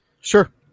Sure